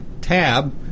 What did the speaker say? tab